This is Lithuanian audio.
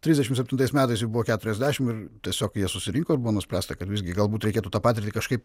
trisdešimt septintais metais jų buvo keturiasdešimt ir tiesiog jie susirinko ir buvo nuspręsta kad visgi galbūt reikėtų tą patirtį kažkaip